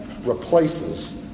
replaces